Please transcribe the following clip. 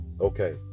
Okay